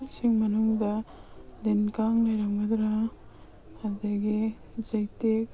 ꯏꯁꯤꯡ ꯃꯅꯨꯡꯗ ꯂꯤꯟ ꯀꯥꯡ ꯂꯩꯔꯝꯒꯗ꯭ꯔꯥ ꯑꯗꯒꯤ ꯆꯩꯇꯦꯛ